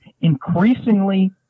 increasingly